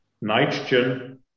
Nitrogen